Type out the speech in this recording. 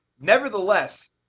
Nevertheless